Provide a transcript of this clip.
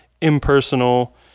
impersonal